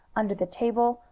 under the table,